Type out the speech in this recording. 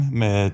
med